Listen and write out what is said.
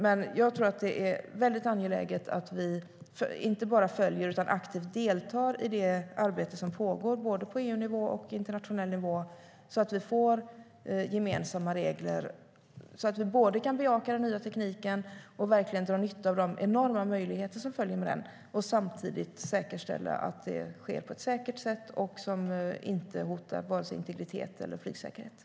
Det är angeläget att vi inte bara följer utan också aktivt deltar i det arbete som pågår både på EU-nivå och på internationell nivå, så att vi får gemensamma regler och både kan bejaka den nya tekniken och dra nytta av de enorma möjligheter som följer med den samtidigt som vi säkerställer att det sker på ett säkert sätt som varken hotar integriteten eller flygsäkerheten.